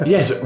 Yes